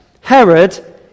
Herod